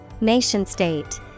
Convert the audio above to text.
Nation-state